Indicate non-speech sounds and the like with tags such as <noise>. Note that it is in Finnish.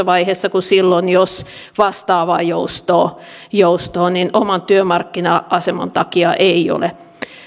<unintelligible> vaiheessa kuin silloin jos vastaavaa joustoa joustoa oman työmarkkina aseman takia ei ole